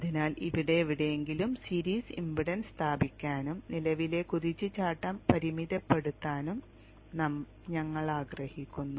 അതിനാൽ ഇവിടെ എവിടെയെങ്കിലും സീരീസ് ഇംപെഡൻസ് സ്ഥാപിക്കാനും നിലവിലെ കുതിച്ചുചാട്ടം പരിമിതപ്പെടുത്താനും ഞങ്ങൾ ആഗ്രഹിക്കുന്നു